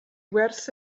werth